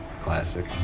Classic